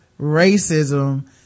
racism